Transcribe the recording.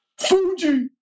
Fuji